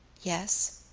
yes.